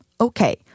Okay